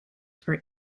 for